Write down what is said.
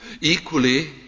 Equally